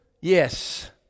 yes